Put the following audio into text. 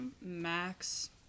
Max